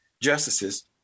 justices